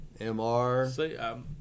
MR